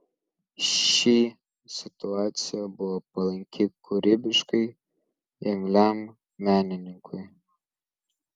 ši situacija buvo palanki kūrybiškai imliam menininkui